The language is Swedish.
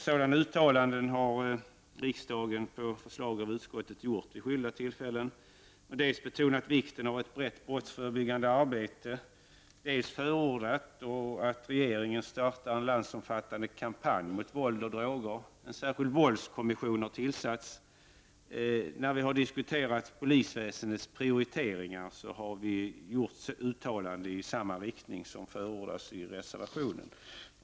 Sådana uttalanden har riksdagen på förslag av utskottet gjort vid skilda tillfällen och dels betonat vikten av ett brett brottsförebyggande arbete, dels förordat att regeringen startar en landsomfattande kampanj mot våld och droger. En särskild våldskommission har tillsatts. När vi har diskuterat prioritering inom polisväsendet har vi gjort uttalanden i samma riktning som förordas i reservationen.